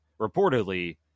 reportedly